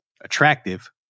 attractive